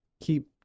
keep